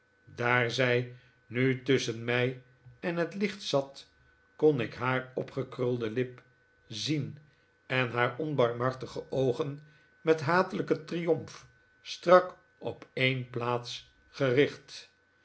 daar zij nu tusschen mij en het licht zat kon ik haar opgekrulde lip zien en haar onbarmhartige oogen met hatelijken triomf strak op een plaats gericht